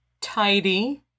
tidy